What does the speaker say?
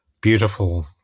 beautiful